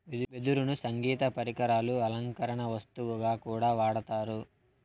వెదురును సంగీత పరికరాలు, అలంకరణ వస్తువుగా కూడా వాడతారు